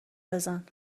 بزن